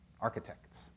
architects